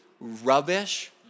rubbish